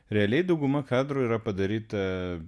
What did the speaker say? realiai dauguma kadrų yra padaryta